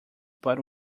but